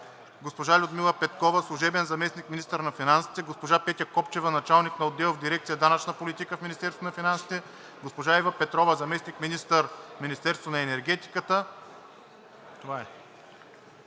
госпожа Людмила Петкова – служебен заместник-министър на финансите, госпожа Петя Копчева – началник на отдел в дирекция „Данъчна политика“ в Министерството на финансите; госпожа Ива Петрова – заместник-министър в Министерството на енергетиката.